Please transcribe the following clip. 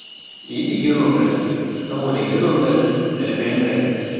Mi yiɗi geroogal saboda geroogal ngal belngal